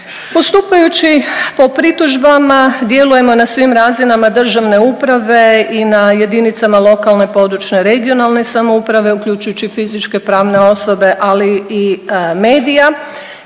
Postupajući po pritužbama djelujemo na svim razinama državne uprave i na jedinicama lokalne, područne, regionalne samouprave uključujući fizičke pravne osobe, ali i medija.